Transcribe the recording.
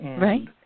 Right